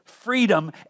Freedom